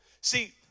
See